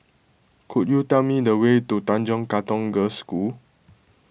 could you tell me the way to Tanjong Katong Girls' School